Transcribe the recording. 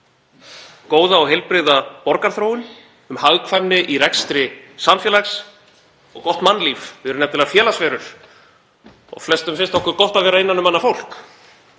góða og heilbrigða borgarþróun, um hagkvæmni í rekstri samfélags og gott mannlíf. Við erum nefnilega félagsverur og flestum finnst okkur gott að vera innan um annað fólk.